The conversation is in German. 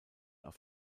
auf